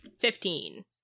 Fifteen